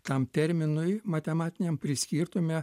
tam terminui matematiniam priskirtume